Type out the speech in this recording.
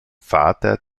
vater